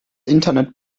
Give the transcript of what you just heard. internet